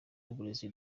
w’uburezi